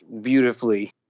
beautifully